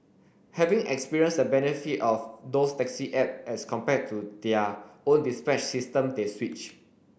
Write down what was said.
having experienced the benefit of those taxi app as compared to their own dispatch system they switch